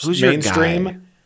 mainstream